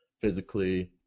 physically